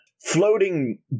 Floating